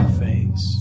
face